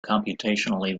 computationally